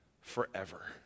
forever